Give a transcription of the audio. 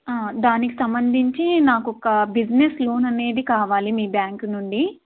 దానికి సంబంధించి నాకు ఒక బిజినెస్ లోన్ అనేది కావాలి మీ బ్యాంకు నుండి